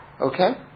Okay